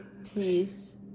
Peace